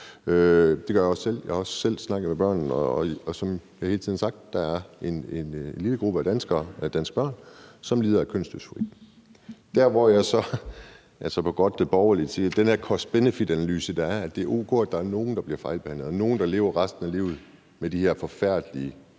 Det gør jeg også selv. Jeg har også selv snakket med børnene, og som jeg hele tiden har sagt, er der en lille gruppe af danske børn, som lider af kønsdysfori. Som god borgerlig må jeg sige, at den her cost-benefit-analyse bare ikke går op for mig, altså cost-benefit-analysen om, at det er o.k., at der er nogle, der bliver fejlbehandlet og lever resten af livet med de her forfærdelige